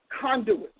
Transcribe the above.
conduits